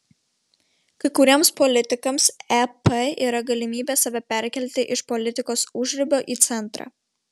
kai kuriems politikams ep yra galimybė save perkelti iš politikos užribio į centrą